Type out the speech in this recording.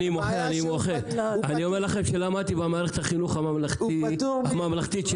חייב להיות בסיס להשוואה.